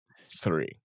Three